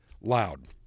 loud